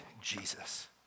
Jesus